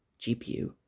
GPU